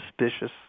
suspicious